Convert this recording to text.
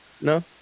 No